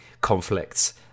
conflicts